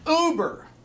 uber